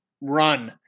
run